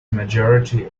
majority